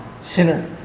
sinner